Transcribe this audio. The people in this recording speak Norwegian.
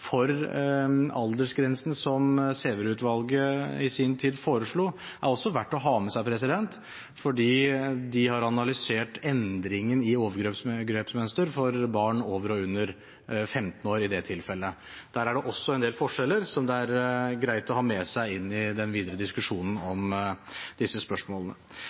for aldersgrensen som Sæverud-utvalget i sin tid foreslo, er også verdt å ha med seg, fordi de i det tilfellet har analysert endringen i overgrepsmønster for barn over og under 15 år. Der er det også en del forskjeller som det er greit å ha med seg inn i den videre diskusjonen om disse spørsmålene.